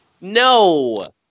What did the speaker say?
No